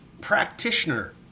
practitioner